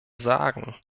sagen